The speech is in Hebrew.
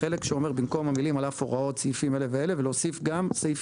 בחלק שאומר במקום המילים 'על אף הוראות סעיפים' אלה ואלה להוסיף גם סעיף